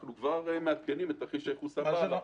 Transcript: אנחנו כבר מעדכנים את תרחיש הייחוס הבא.